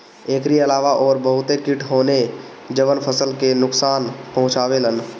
एकरी अलावा अउरी बहते किट होने जवन फसल के नुकसान पहुंचावे लन